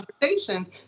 conversations